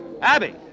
Abby